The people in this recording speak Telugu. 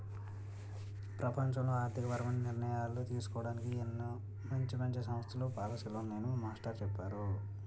ప్రపంచంలో ఆర్థికపరమైన నిర్ణయాలు తీసుకోడానికి ఎన్నో మంచి మంచి సంస్థలు, పాలసీలు ఉన్నాయని మా మాస్టారు చెప్పేరు